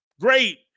great